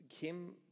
Kim